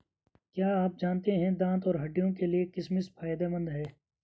क्या आप जानते है दांत और हड्डियों के लिए किशमिश फायदेमंद है?